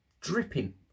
dripping